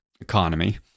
economy